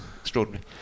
Extraordinary